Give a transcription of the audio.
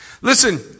Listen